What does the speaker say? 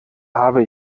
habe